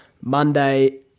Monday